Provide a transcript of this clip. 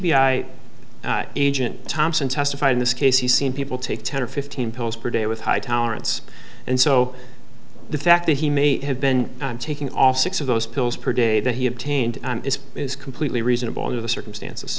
and agent thompson testified in this case he's seen people take ten or fifteen pills per day with high tolerance and so the fact that he may have been taking all six of those pills per day that he obtained is is completely reasonable in the circumstances